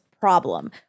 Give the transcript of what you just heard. problem